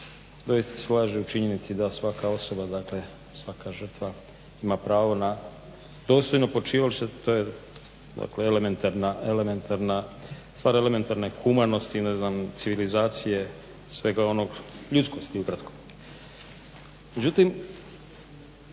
se slaže u činjenici da svaka osoba, dakle svaka žrtva ima pravo na dostojno počivalište. To je dakle elementarna, stvar elementarne humanosti, ne znam civilizacije, svega onoga, ljudskosti ukratko.